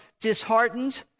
disheartened